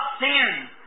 sin